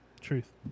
truth